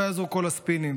לא יעזרו כל הספינים.